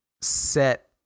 set